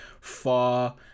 far